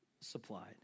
supplied